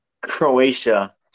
Croatia